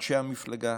אנשי המפלגה